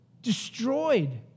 destroyed